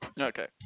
Okay